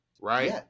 right